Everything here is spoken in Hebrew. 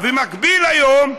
במקביל היום,